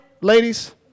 ladies